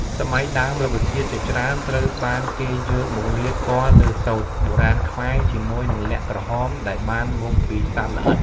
សម័យដើមរុក្ខជាតិជាច្រើនត្រូវបានគេយកមកលាបពណ៌លើសូត្រ បុរាណខ្មែរជាមួយនឹងល័ក្តក្រហមដែលបានមកពីសត្វល្អិត ។